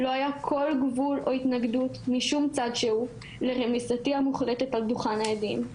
לא היה כל גבול או התנגדות משום צד שהוא לרמיסתי המוחלטת על דוכן העדים.